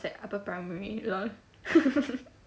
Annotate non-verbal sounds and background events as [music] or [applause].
upper primary lol [laughs]